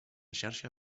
xarxa